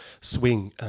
swing